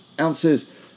ounces